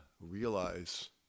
realize